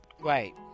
Right